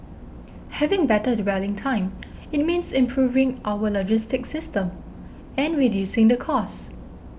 having better dwelling time it means improving our logistic system and reducing the cost